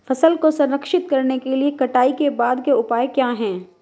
फसल को संरक्षित करने के लिए कटाई के बाद के उपाय क्या हैं?